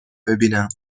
ببینم